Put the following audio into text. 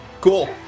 Cool